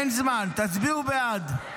אין זמן, תצביעו בעד.